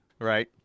Right